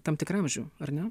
tam tikrą amžių ar ne